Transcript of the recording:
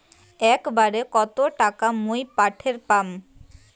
একবারে কত টাকা মুই পাঠের পাম?